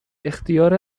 اختیار